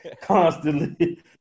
constantly